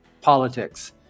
politics